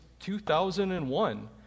2001